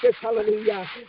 hallelujah